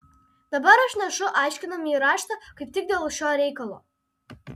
dabar aš nešu aiškinamąjį raštą kaip tik dėl šio reikalo